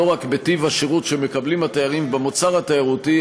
רק בטיב השירות שמקבלים התיירים במוצר התיירותי,